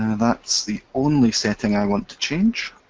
that's the only setting i want to change,